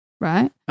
right